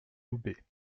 loubet